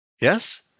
Yes